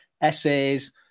essays